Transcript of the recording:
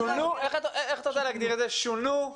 את יכולה לקרוא לזה איך שאת רוצה: "שונו",